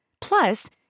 Plus